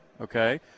okay